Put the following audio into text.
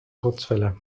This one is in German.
kurzwelle